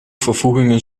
vervoegingen